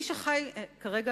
כרגע,